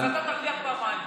אז אתה תרוויח פעמיים,